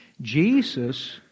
Jesus